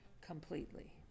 completely